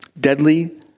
deadly